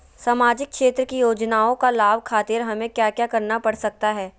सामाजिक क्षेत्र की योजनाओं का लाभ खातिर हमें क्या क्या करना पड़ सकता है?